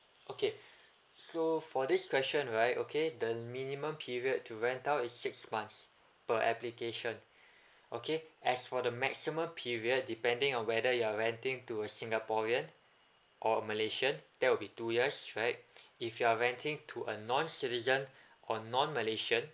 okay so for this question right okay the minimum period to rent out is six months per application okay as for the maximum period depending on whether you are renting to a singaporean or malaysian that will be two years right if you are renting to a non citizen or non malaysian